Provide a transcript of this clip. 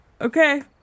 Okay